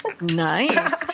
Nice